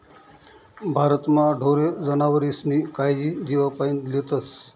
भारतमा ढोरे जनावरेस्नी कायजी जीवपाईन लेतस